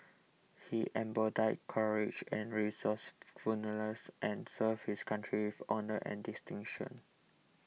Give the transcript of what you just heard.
he embodied courage and resourcefulness and served his country with honour and distinction